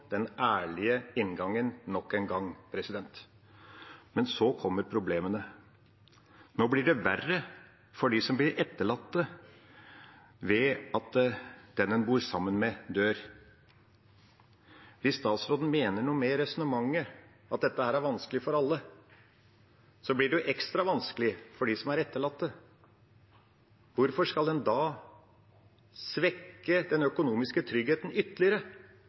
den ærlige inngangen nok en gang. Men så kommer problemene. Nå blir det verre for dem som blir etterlatte ved at den en bor sammen med, dør. Hvis statsråden mener noe med resonnementet og at dette er vanskelig for alle, blir det ekstra vanskelig for dem som er etterlatte. Hvorfor skal en da svekke den økonomiske tryggheten ytterligere